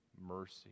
mercy